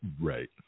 Right